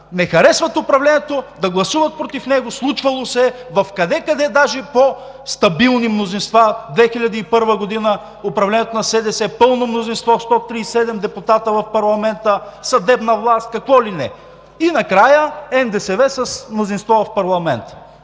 не харесват управлението, да гласуват против него. Случвало се е в къде-къде даже по-стабилни мнозинства. В 2001 г. управлението на СДС – пълно мнозинство, 137 депутати в парламента, съдебна власт, какво ли не, и накрая НДСВ с мнозинство в парламента!